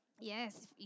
Yes